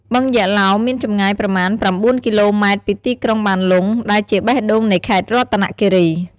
បឹងយក្សឡោម មានចម្ងាយប្រមាណ ប្រាំបួនគីឡូម៉ែតពីទីក្រុងបានលុង ដែលជាបេះដូងនៃខេត្តរតនគិរី។